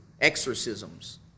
exorcisms